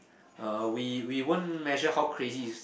uh we we won't measure how crazy is